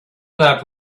that